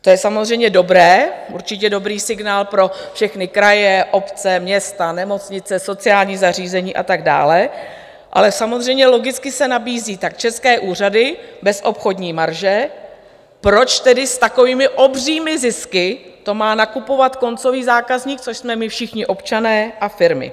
To je samozřejmě dobré, určitě dobrý signál pro všechny kraje, obce, města, nemocnice, sociální zařízení a tak dále, ale logicky se nabízí tak české úřady bez obchodní marže, proč tedy s takovými obřími zisky to má nakupovat koncový zákazník, což jsme my všichni občané a firmy?